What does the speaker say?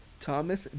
Thomas